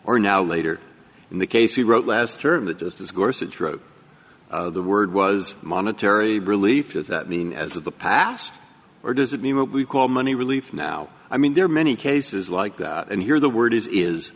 or now later in the case he wrote last term that just as gorsuch wrote the word was monetary relief is that meaning as of the past or does it mean what we call money relief now i mean there are many cases like that and here the word is is